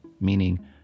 Meaning